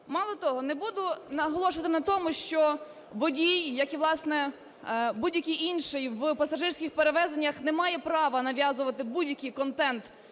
Мало того, не буду наголошувати на тому, що водій, як і, власне, будь-який інший в пасажирських перевезеннях, не має права нав'язувати будь-який контент